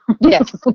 Yes